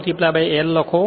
આ L ω L લખો